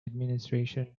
administration